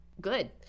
good